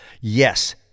Yes